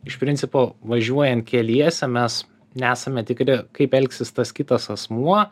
iš principo važiuojant keliese mes nesame tikri kaip elgsis tas kitas asmuo